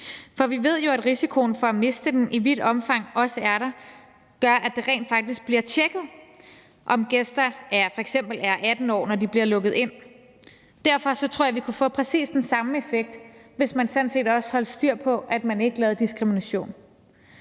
For vi ved jo, at det, at risikoen for at miste den i vidt omfang også er der, gør, at det rent faktisk bliver tjekket, om gæster f.eks. er 18 år, når de bliver lukket ind. Derfor tror jeg, at vi kunne få præcis den samme effekt, hvis man sådan set også holdt styr på, at man ikke lavede diskrimination.